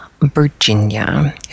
Virginia